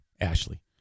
Ashley